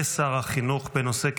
בנושא: